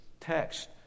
text